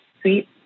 sweet